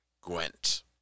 Gwent